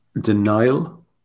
denial